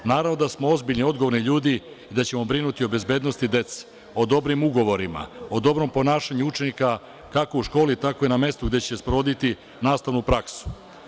Naravno da smo ozbiljni i odgovorni ljudi i da ćemo brinuti o bezbednosti dece, o dobrim ugovorima, o dobrom ponašanju učenika, kako u školi, tako i na mestu gde će sprovoditi nastavnu praksu.